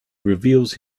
reveals